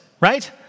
right